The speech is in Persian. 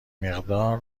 مقدار